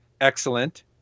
Excellent